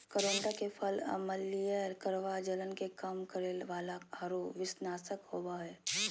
करोंदा के फल अम्लीय, कड़वा, जलन के कम करे वाला आरो विषनाशक होबा हइ